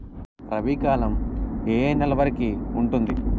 రబీ కాలం ఏ ఏ నెల వరికి ఉంటుంది?